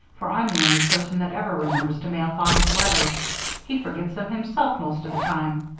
for i'm the only person that ever remembers to mail father's letters he forgets them himself most of the time.